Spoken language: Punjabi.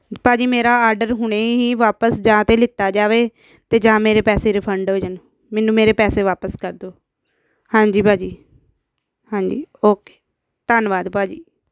ਭਾਅ ਜੀ ਮੇਰਾ ਆਰਡਰ ਹੁਣੇ ਹੀ ਵਾਪਸ ਜਾ ਤਾਂ ਲਿੱਤਾ ਜਾਵੇ ਅਤੇ ਜਾਂ ਮੇਰੇ ਪੈਸੇ ਰਿਫੰਡ ਹੋ ਜਾਣ ਮੈਨੂੰ ਮੇਰੇ ਪੈਸੇ ਵਾਪਸ ਕਰ ਦਿਓ ਹਾਂਜੀ ਭਾਅ ਜੀ ਹਾਂਜੀ ਓਕੇ ਧੰਨਵਾਦ ਭਾਅ ਜੀ